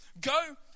Go